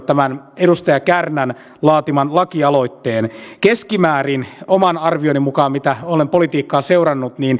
tämän edustaja kärnän laatiman lakialoitteen keskimäärin oman arvioni mukaan mitä olen politiikkaa seurannut